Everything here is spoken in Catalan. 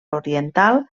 oriental